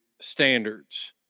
standards